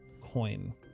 coin